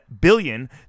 billion